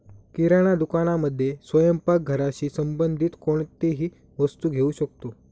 किराणा दुकानामध्ये स्वयंपाक घराशी संबंधित कोणतीही वस्तू घेऊ शकतो